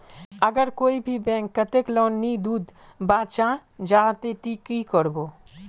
अगर कोई भी बैंक कतेक लोन नी दूध बा चाँ जाहा ते ती की करबो?